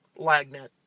Lagnet